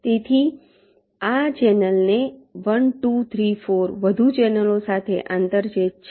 તેથી આ ચેનલ ને 1 2 3 4 વધુ ચેનલો સાથે આંતરછેદ છે